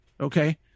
okay